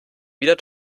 wieder